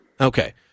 Okay